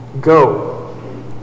go